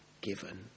given